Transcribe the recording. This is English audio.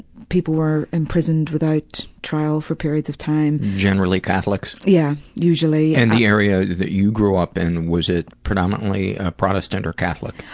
people were imprisoned without trial for periods of time. generally catholics? yeah, usually. and the area that you grew up in, was it predominantly protestant or catholic?